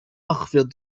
أخفض